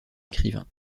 écrivain